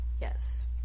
yes